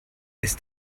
ist